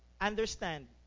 understand